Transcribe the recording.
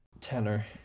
tenor